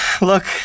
Look